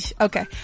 okay